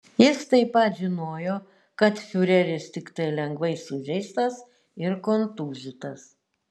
jis taip pat žinojo kad fiureris tiktai lengvai sužeistas ir kontūzytas